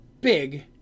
big